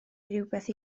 rywbeth